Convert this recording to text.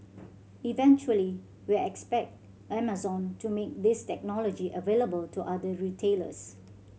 eventually we expect Amazon to make this technology available to other retailers